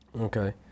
okay